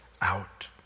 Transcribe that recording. out